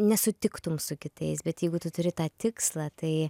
nesutiktum su kitais bet jeigu tu turi tą tikslą tai